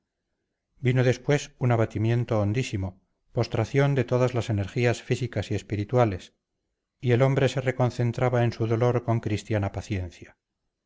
vino después un abatimiento hondísimo postración de todas las energías físicas y espirituales y el hombre se reconcentraba en su dolor con cristiana paciencia